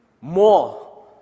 more